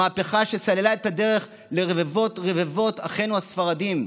המהפכה שסללה את הדרך לרבבות רבבות אחינו הספרדים,